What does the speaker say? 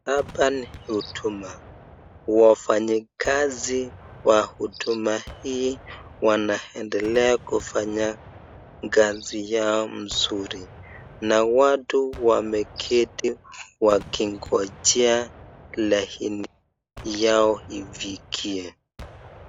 Hapa ni huduma wafanyikazi wa huduma hii wanaendelea kufanya kazi yao mzuri, na watu wameketi wakingoja laini Yao ifikie.